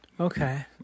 Okay